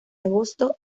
agosto